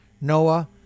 Noah